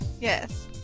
Yes